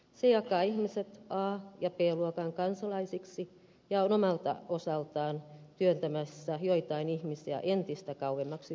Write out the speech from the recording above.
se jakaa ihmiset a ja b luokan kansalaisiksi ja on omalta osaltaan työntämässä joitain ihmisiä entistä kauemmaksi työmarkkinoilta